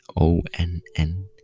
O-N-N